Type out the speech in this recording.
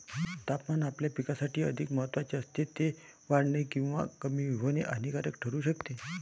तापमान आपल्या पिकासाठी अधिक महत्त्वाचे असते, ते वाढणे किंवा कमी होणे हानिकारक ठरू शकते